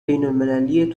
بینالمللی